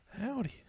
Howdy